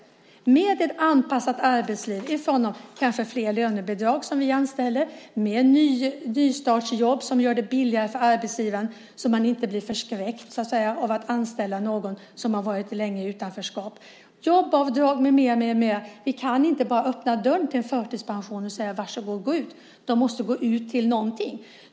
Vi vill ha ett anpassat arbetsliv kanske i form av fler lönebidrag, mer nystartsjobb som gör det billigare för arbetsgivaren så att man inte blir skrämd för att anställa någon som har varit länge i utanförskap, jobbavdrag med mera. Vi kan inte bara öppna dörren till en förtidspension och säga: Varsågod och gå ut. Man måste gå ut till någonting.